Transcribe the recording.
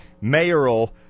mayoral